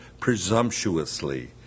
presumptuously